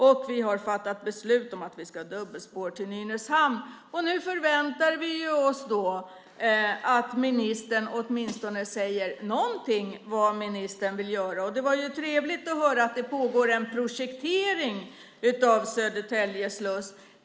Och vi har fattat beslut om att vi ska ha dubbelspår till Nynäshamn. Nu förväntar vi oss att ministern åtminstone säger någonting om vad ministern vill göra. Det var trevligt att höra att det pågår en projektering av Södertälje sluss.